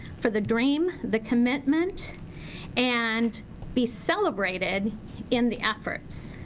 for the dream, the commitment and be celebrated in the efforts.